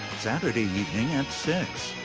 saturday evening at six